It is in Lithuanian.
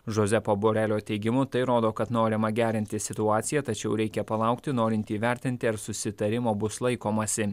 žoze paborelio teigimu tai rodo kad norima gerinti situaciją tačiau reikia palaukti norint įvertinti ar susitarimo bus laikomasi